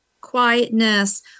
quietness